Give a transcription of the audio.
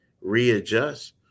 readjust